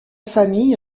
famille